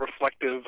reflective